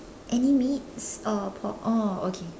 any meats oh pork oh okay